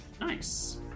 Nice